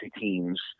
teams